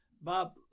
Bob